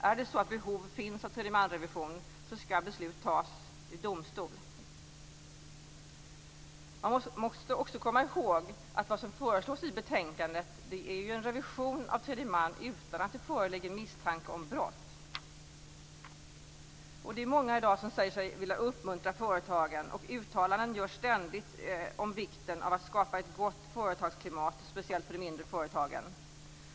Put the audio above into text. Är det så att behov finns av tredjemansrevision, skall beslut om det fattas i domstol. Man måste komma ihåg att det som föreslås i betänkandet är en revision av tredje man utan att det föreligger misstanke om brott. Det är många i dag som säger sig vilja uppmuntra företagen, och uttalanden görs ständigt från olika håll om vikten av att skapa ett gott företagsklimat, speciellt för de mindre företagen.